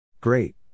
Great